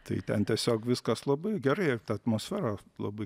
tai ten tiesiog viskas labai gerai ir ta atmosfera labai